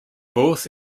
both